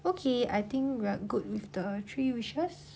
okay I think we are good with the three wishes